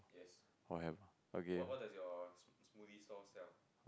oh have okay